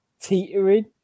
teetering